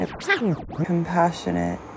compassionate